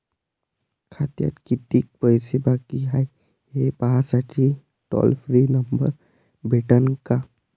खात्यात कितीकं पैसे बाकी हाय, हे पाहासाठी टोल फ्री नंबर भेटन का?